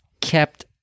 kept